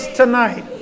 tonight